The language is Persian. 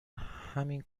همین